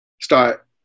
start